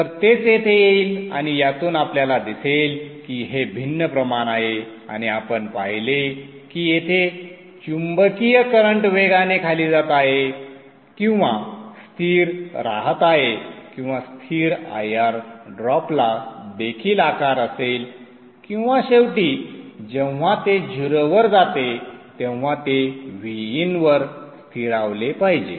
तर तेच येथे येईल आणि यातून आपल्याला दिसेल की हे भिन्न प्रमाण आहे आणि आपण पाहिले की येथे चुंबकीय करंट वेगाने खाली जात आहे किंवा स्थिर राहत आहे किंवा स्थिर IR ड्रॉपला देखील आकार असेल किंवा शेवटी जेव्हा ते 0 वर जाते तेव्हा ते Vin वर स्थिरावले पाहिजे